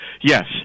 yes